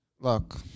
Look